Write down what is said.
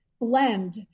blend